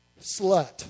slut